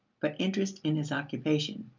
but interest in his occupation.